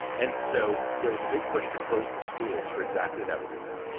and so there was a big push to close the schools for exactly that reason,